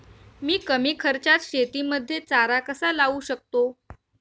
मी कमी खर्चात शेतीमध्ये चारा कसा लावू शकतो?